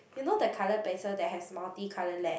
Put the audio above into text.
you know the colour pencil that has multicolour lead